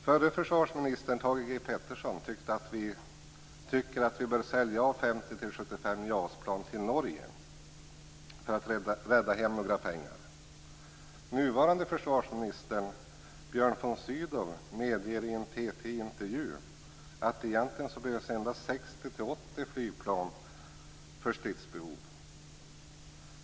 Förre försvarsministern, Tage G. Pettersson, tycker att vi bör sälja av 50 till 75 JAS-plan till Norge för att rädda hem några pengar. Nuvarande försvarsministern, Björn von Sydow, medger i en TT-intervju att egentligen behövs endast 60-80 flygplan för stridsbehov.